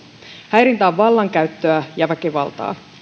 häirintä on vallankäyttöä ja väkivaltaa